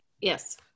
Yes